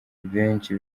benshi